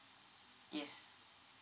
yes